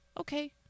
Okay